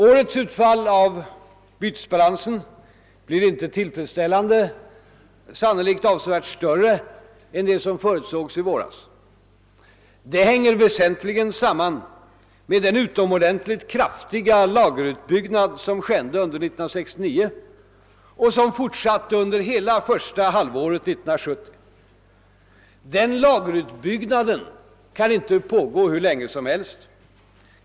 årets utfall av bytesbalansen blir inte tillfredsställande; underskottet blir sannolikt avsevärt större än det som förutsågs i våras. Det hänger väsentligen samman med den utomordentligt kraftiga lagerutbyggnad som skedde under 1969 och som fortsatte under hela första halvåret 1970. Den lagerutbyggnaden kan inte pågå hur länge som helst.